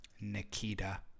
Nikita